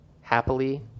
happily